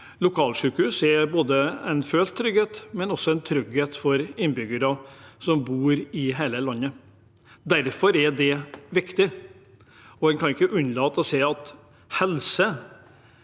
Lokalsykehus er en følt trygghet, men det er også en trygghet for innbyggere som bor i hele landet. Derfor er det viktig. En kan ikke unnlate å si at helse